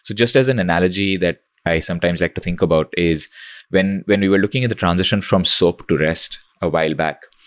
just as an analogy that i sometimes like to think about is when when we were looking at the transition from soap to rest a while back,